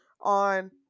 on